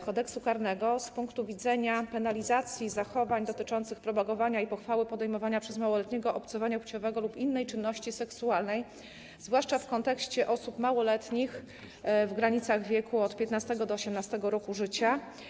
Kodeksu karnego z punktu widzenia penalizacji zachowań dotyczących propagowania i pochwały podejmowania przez małoletniego obcowania płciowego lub innej czynności seksualnej, zwłaszcza w kontekście osób małoletnich w wieku od 15. do 18. roku życia.